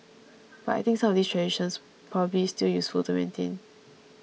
but I think some of these traditions probably still useful to maintain